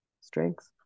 strengths